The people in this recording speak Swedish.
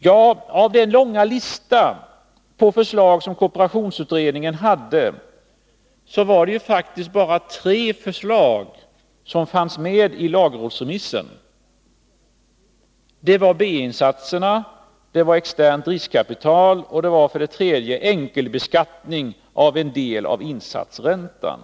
Ja, av den långa lista över förslag som kooperationsutredningen hade, var det faktiskt bara tre förslag som fanns med i lagrådsremissen. Det gällde B-insatserna, externt riskkapital och enkelbeskattning av en del av insatsräntan.